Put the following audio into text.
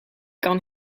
kan